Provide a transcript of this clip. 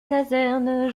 caserne